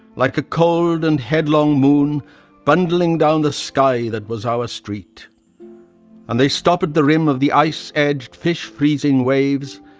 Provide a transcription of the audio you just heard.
like a cold and headlong moon bundling down the sky that was our street and they stop at the rim of the ice-edged fish-freezing waves,